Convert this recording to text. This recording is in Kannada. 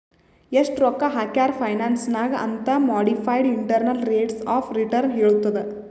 ಎಸ್ಟ್ ರೊಕ್ಕಾ ಹಾಕ್ಯಾರ್ ಫೈನಾನ್ಸ್ ನಾಗ್ ಅಂತ್ modified internal rates of return ಹೇಳತ್ತುದ್